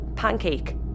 pancake